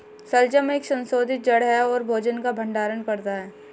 शलजम एक संशोधित जड़ है और भोजन का भंडारण करता है